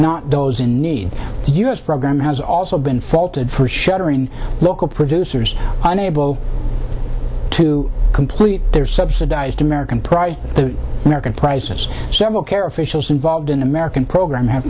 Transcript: not those in need the u s program has also been faulted for shuttering local producers unable to complete their subsidized american pride the american prices several care officials involved in american program have